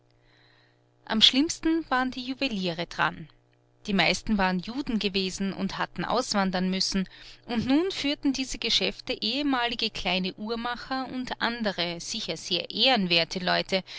am schlimmsten waren die juweliere daran die meisten waren juden gewesen und hatten auswandern müssen und nun führten diese geschäfte ehemalige kleine uhrmacher und andere sicher sehr ehrenwerte leute